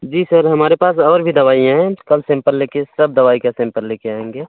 जी sir हमारे पास और भी दवाइयाँ हैं कल सैंपल लेकर सब दवाई का सैम्पल लेकर आएँगे